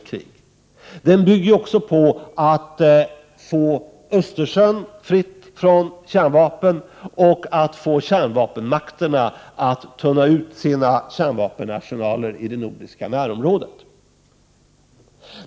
Den tanken bygger ju också på att man skall få Östersjön fritt från kärnvapen och att man skall få kärnvapenmakterna att tunna ut sina kärnvapenarsenaler i det nordiska närområdet.